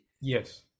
yes